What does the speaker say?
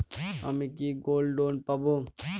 আমি কি gold loan পাবো?